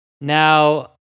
Now